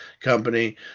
company